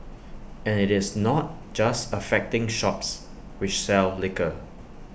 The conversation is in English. and IT is not just affecting shops which sell liquor